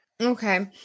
Okay